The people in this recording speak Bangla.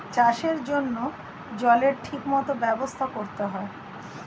চাষের জন্য জলের ঠিক মত ব্যবস্থা করতে হয়